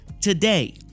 today